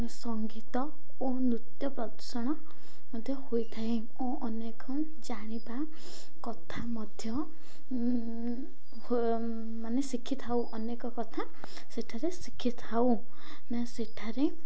ସଙ୍ଗୀତ ଓ ନୃତ୍ୟ ପ୍ରଦର୍ଶନ ମଧ୍ୟ ହୋଇଥାଏ ଓ ଅନେକ ଜାଣିବା କଥା ମଧ୍ୟ ମାନେ ଶିଖିଥାଉ ଅନେକ କଥା ସେଠାରେ ଶିଖିଥାଉ ନା ସେଠାରେ